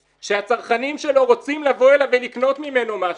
שהצרכנים שלו רוצים לבוא אליו ולקנות ממנו משהו,